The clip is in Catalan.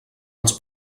els